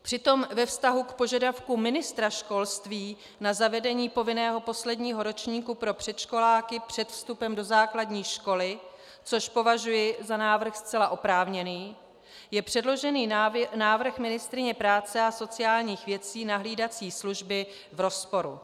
Přitom ve vztahu k požadavku ministra školství na zavedení povinného posledního ročníku pro předškoláky před vstupem do základní školy, což považuji za návrh zcela oprávněný, je předložený návrh ministryně práce a sociálních věcí na hlídací služby v rozporu.